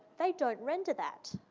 they don't render that.